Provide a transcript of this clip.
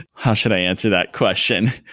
how should i answer that question?